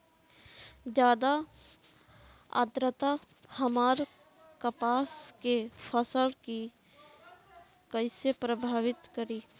ज्यादा आद्रता हमार कपास के फसल कि कइसे प्रभावित करी?